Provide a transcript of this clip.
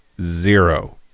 zero